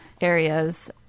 areas